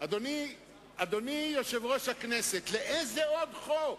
אדוני יושב-ראש הכנסת, לאיזה עוד חוק,